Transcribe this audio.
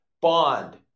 bond